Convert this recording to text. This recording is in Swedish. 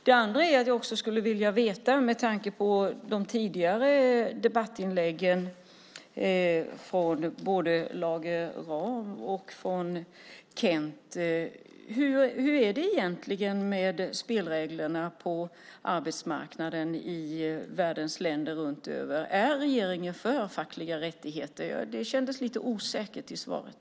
Med tanke på de tidigare debattinläggen från både Lage Rahm och Kent skulle jag vilja veta hur det egentligen är med spelreglerna på arbetsmarknaden i världens länder. Är regeringen för fackliga rättigheter? Det kändes lite osäkert i svaret.